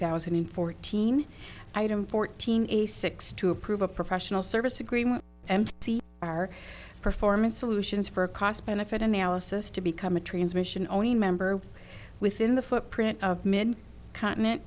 thousand and fourteen item fourteen a six to approve a professional service agreement and our performance solutions for cost benefit analysis to become a transmission only member within the footprint of mid continent